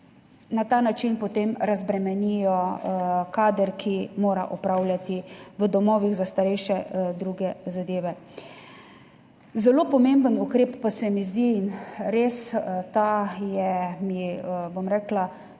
na ta način potem razbremenijo kader, ki mora opravljati v domovih za starejše druge zadeve. Zelo pomemben ukrep pa se mi zdi in res je ta,